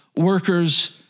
workers